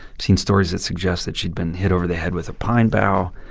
seen stories that suggest that she'd been hit over the head with a pine bough,